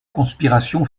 conspiration